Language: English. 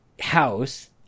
house